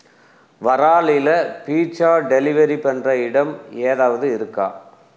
வராலியில் pizza delivery பண்ணுற இடம் ஏதாவது இருக்கா